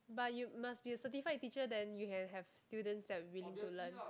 but you must be a certified teacher then you can have students that willing to learn